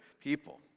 people